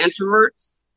introverts